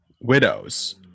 Widows